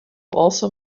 also